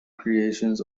creations